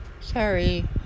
Sorry